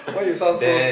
why you sound so